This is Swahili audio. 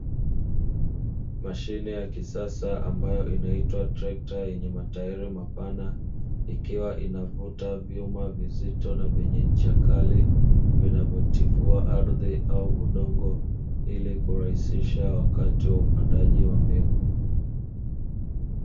mashine ya kisasa ambayo inaitwa trekta yenye matairi mapana, ikiwa inavuta vyuma vizito na vyenye ncha kali vinavyo. vinavyochimbua ardhi au kupasua ardhi, tifuatifua ardhi au udongo ili kurahisisha wakati wa upandaji wa mbegu."